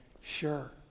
sure